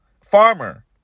farmer